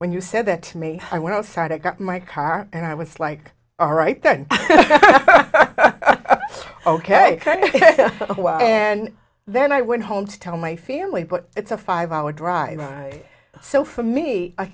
when you said that to me i went outside i got my car and i was like all right then ok and then i went home to tell my family but it's a five hour drive so for me i